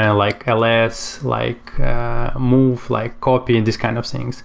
and like ls, like move, like copy and these kinds of things